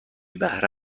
بهره